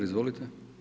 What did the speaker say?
Izvolite.